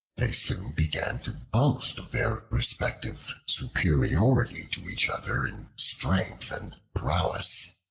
they soon began to boast of their respective superiority to each other in strength and prowess.